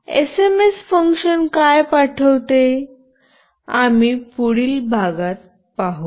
SMS function काय पाठवते आम्ही पुढील भागात पाहू